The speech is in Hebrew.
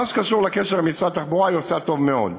מה שקשור למשרד התחבורה, היא עושה טוב מאוד.